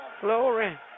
Glory